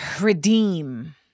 Redeem